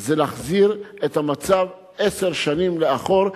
זה להחזיר את המצב עשר שנים לאחור,